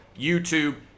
YouTube